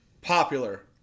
popular